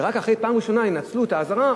ורק אחרי הפעם הראשונה ינצלו את האזהרה,